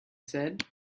said